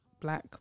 black